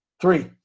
three